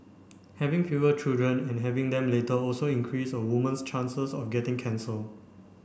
having fewer children and having them later also increase a woman's chances of getting cancer